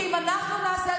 כי אם אנחנו נעשה,